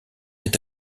est